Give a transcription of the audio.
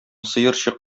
сыерчык